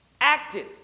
active